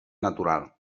natural